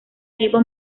equipo